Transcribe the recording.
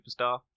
superstar